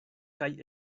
kaj